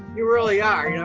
you really are. yeah